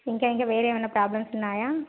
ఇంకా ఇంకా వేరే ఏమన్నా ప్రాబ్లమ్స్ ఉన్నాయా